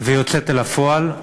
ויוצאת אל הפועל.